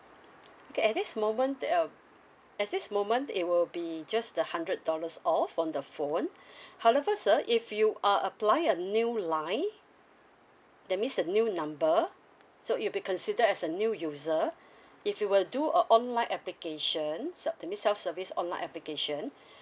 okay at this moment the uh at this moment it will be just the hundred dollars off for the phone however sir if you uh apply a new line that means a new number so it'll be considered as a new user if you will do a online application self that means self service online application